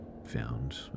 found